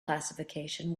classification